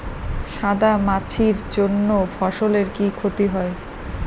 সাদা মাছির জন্য ফসলের কি ক্ষতি হয়?